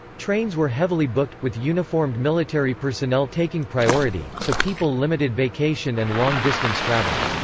trains were heavily booked, with uniformed military personnel taking priority, so people limited vacation and long-distance travel.